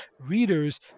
readers